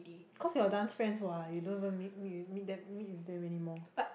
cause your dance friends what we don't even meet meet them meet with them anymore